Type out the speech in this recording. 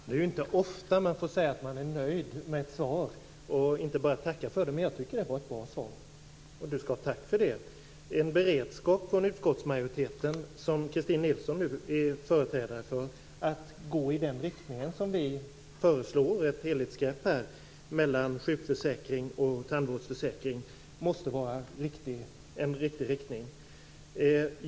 Herr talman! Det är inte ofta man får säga att man är nöjd med ett svar och inte bara tacka för det, men jag tycker att detta var ett bra svar. Christin Nilsson skall ha tack för det. Det finns en beredskap från utskottsmajoriteten, som Christin Nilsson nu företräder, att gå i den riktning som vi föreslår, dvs. mot ett helhetsgrepp när det gäller sjukförsäkring och tandvårdsförsäkring. Det måste vara en riktig riktning.